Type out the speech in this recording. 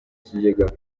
kigega